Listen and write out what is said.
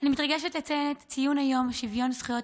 אני מתרגשת לציין את יום שוויון הזכויות